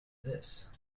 this